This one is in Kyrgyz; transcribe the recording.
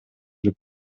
деп